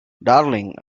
darling